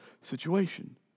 situation